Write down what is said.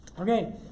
Okay